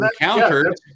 encountered